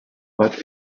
but